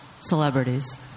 celebrities